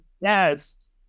Yes